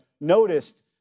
noticed